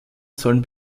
sollen